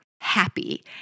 happy